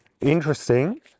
interesting